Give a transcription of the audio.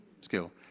Skill